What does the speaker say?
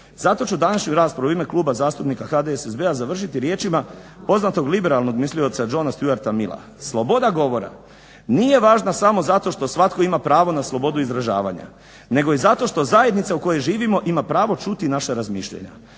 Zato ću današnju raspravu u ime Kluba zastupnika HDSSB-a završiti riječima poznatog liberalnog mislioca Johna Stewarta Milla: sloboda govora nije važna samo zato što svatko ima pravo na slobodu izražavanja nego i zato što zajednica u kojoj živimo ima pravo čuti naša razmišljanja.